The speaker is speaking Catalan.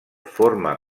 forma